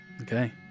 okay